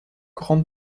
grande